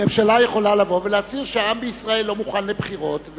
ממשלה יכולה לבוא ולהצהיר שהעם בישראל לא מוכן לבחירות,